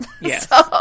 Yes